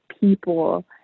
people